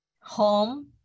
home